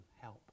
help